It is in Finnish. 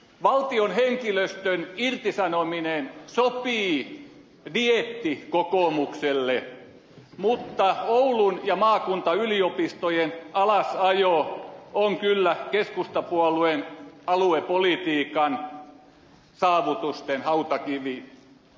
valtion henkilöstön irtisanominen sopii dieettikokoomukselle mutta oulun ja maakuntayliopistojen alasajo on kyllä keskustapuolueen aluepolitiikan saavutusten hautakivi